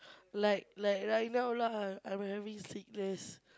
like like right now lah I'm I'm having sickness